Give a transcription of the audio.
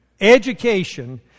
Education